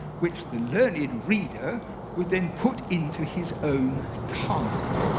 which the learned reader would then put into his own tongue.